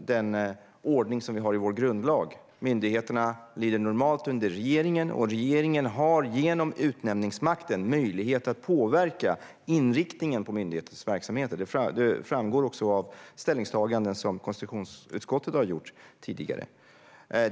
den ordning som vi har i vår grundlag. Myndigheterna lyder normalt under regeringen, och regeringen har genom utnämningsmakten möjlighet att påverka inriktningen på myndighetens verksamheter. Det framgår också av ställningstaganden som konstitutionsutskottet har gjort tidigare.